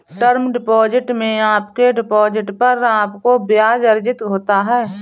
term deposit में आपके deposit पर आपको ब्याज़ अर्जित होता है